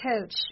coach